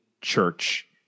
church